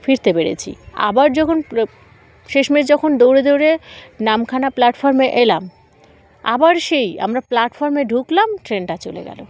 ফিরতে পেরেছি আবার যখন শেষমেশ যখন দৌড়ে দৌড়ে নামখানা প্ল্যাটফর্মে এলাম আবার সেই আমরা প্ল্যাটফর্মে ঢুকলাম ট্রেনটা চলে গেল